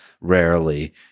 rarely